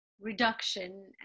reduction